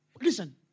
Listen